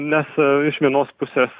nes iš vienos pusės